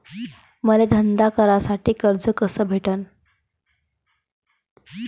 मले धंदा करासाठी कर्ज कस भेटन?